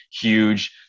huge